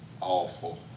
awful